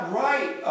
right